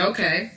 Okay